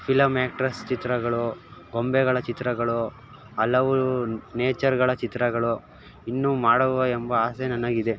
film actress ಚಿತ್ರಗಳು ಗೊಂಬೆಗಳ ಚಿತ್ರಗಳು ಹಲವು ನೇಚರ್ಗಳ ಚಿತ್ರಗಳು ಇನ್ನೂ ಮಾಡುವ ಎಂಬ ಆಸೆ ನನಗಿದೆ